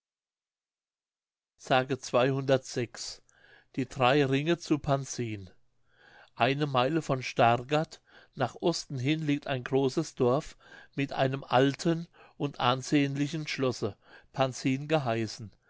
mündlich die drei ringe zu pansin eine meile von stargard nach osten hin liegt ein großes dorf mit einem alten und ansehnlichen schlosse pansin geheißen